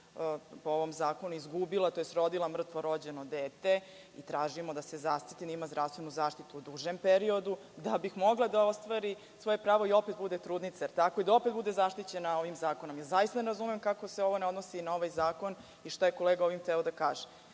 po ovom zakonu izgubila, odnosno rodila mrtvo rođeno dete i tražimo da se zaštiti i da ima zdravstvenu zaštitu u duže periodu da bi mogla da ostvari svoje pravo i opet bude trudnica i da opet bude zaštićena ovim zakonom. Zaista ne razumem kako se ovo ne odnosi na ovaj zakon i šta je kolega ovim hteo da kaže.